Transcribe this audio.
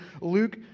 Luke